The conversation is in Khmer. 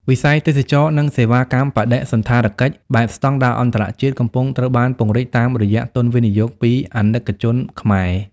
.វិស័យទេសចរណ៍ និងសេវាកម្មបដិសណ្ឋារកិច្ច បែបស្ដង់ដារអន្តរជាតិ កំពុងត្រូវបានពង្រីកតាមរយៈទុនវិនិយោគពី អាណិកជនខ្មែរ ។